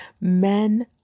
men